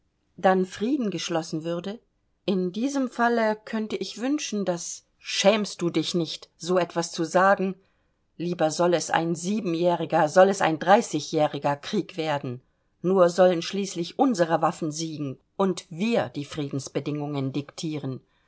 dann frieden geschlossen würde in diesem falle könnte ich wünschen daß schämst du dich nicht so etwas zu sagen lieber soll es ein siebenjähriger soll es ein dreißigjähriger krieg werden nur sollen schließlich unsere waffen siegen und wir die friedensbedingungen diktieren